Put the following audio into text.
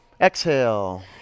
exhale